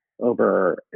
Over